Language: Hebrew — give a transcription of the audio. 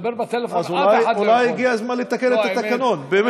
לדבר בטלפון אף אחד לא יכול.